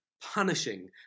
punishing